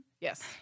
Yes